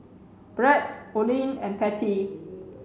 Brett Oline and Pattie